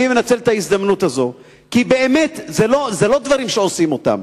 אני מנצל את ההזדמנות הזאת כי באמת זה לא דברים שעושים אותם.